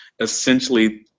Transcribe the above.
essentially